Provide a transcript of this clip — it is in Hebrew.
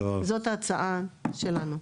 זאת ההצעה שלנו.